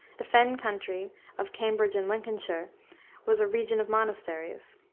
the fen country of cambridge and lincolnshire was a region of monasteries.